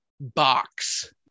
box